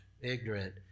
ignorant